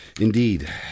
indeed